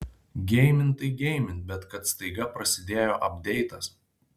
geimint tai geimint bet kad staiga prasidėjo apdeitas